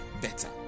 better